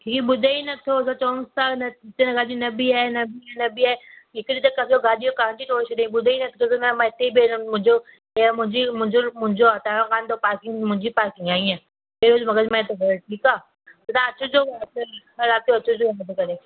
हीअ ॿुधे ई नथो असां चयुसि था अॼु न बीहाए न बीहाए न बीहाए हिकिड़े दफ़े त असांजी गाॾी जो कांच ई तोड़े छॾियईं ॿुधे ई नथो न मां त हिते ई बीहाईंदुमि मुंहिंजो ईअं मुंहिंजी मुंहिंजो मुंहिंजो हटायो कान थो पार्किंग मुंहिंजी पार्किंग आहे ईअं हीउ रोज़ु मगजमारी थो करे ठीकु आहे तव्हां अचिजो हा राति जो अचिजो हुनखे खणी